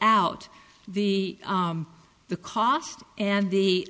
out the the cost and the